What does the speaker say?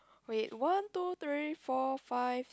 wait one two three four five